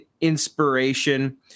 inspiration